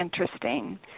interesting